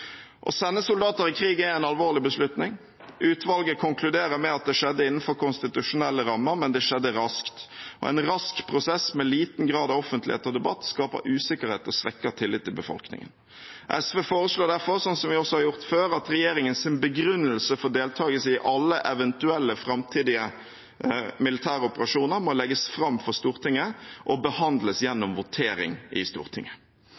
Å sende soldater i krig er en alvorlig beslutning. Utvalget konkluderer med at det skjedde innenfor konstitusjonelle rammer, men det skjedde raskt. En rask prosess med liten grad av offentlighet og debatt skaper usikkerhet og svekker tillit i befolkningen. SV foreslår derfor – slik vi også har gjort før – at regjeringens begrunnelse for deltakelse i alle eventuelle framtidige militære operasjoner må legges fram for Stortinget og behandles gjennom votering i Stortinget.